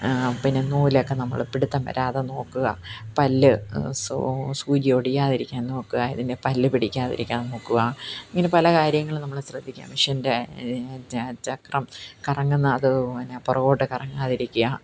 പിന്നെ നൂലൊക്കെ നമ്മൾ പിടിത്തം വരാതെ നോക്കുക പല്ല് സോ സൂചി ഒടിയാതിരിക്കാന് നോക്കുക ഇതിനെ പല്ല് പിടിക്കാതിരിക്കാന് നോക്കുക ഇങ്ങനെ പല കാര്യങ്ങളും നമ്മൾ ശ്രദ്ധിക്കുക മെഷീനിന്റെ ഈ ചക്രം കറങ്ങുന്ന ആ അത് പന്നെ പുറകോട്ട് കറങ്ങാതെ ഇരിക്കുക